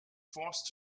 forced